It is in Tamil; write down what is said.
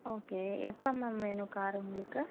ஓகே எப்போ மேம் வேணும் கார் உங்களுக்கு